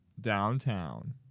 downtown